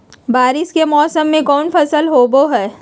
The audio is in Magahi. बारिस के मौसम में कौन फसल होबो हाय?